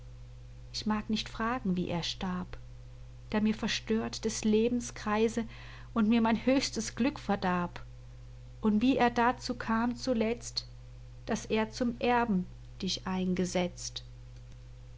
ich mag nicht fragen wie er starb der mir verstört des lebens kreise und mir mein höchstes glück verdarb und wie er dazu kam zuletzt daß er zum erben dich eingesetzt